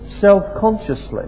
self-consciously